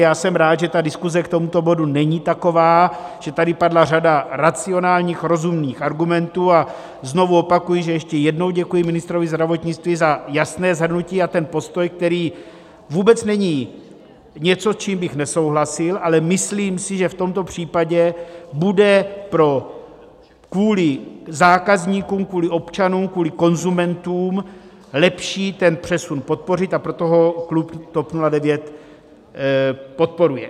Já jsem rád, že diskuze k tomuto bodu není taková, že tady padla řada racionálních, rozumných argumentů, a znovu opakuji, že ještě jednou děkuji ministrovi zdravotnictví za jasné shrnutí a ten postoj, který vůbec není něco, s čím bych nesouhlasil, ale myslím si, že v tomto případě bude kvůli zákazníkům, kvůli občanům, kvůli konzumentům lepší ten přesun podpořit, a proto ho klub TOP 09 podporuje.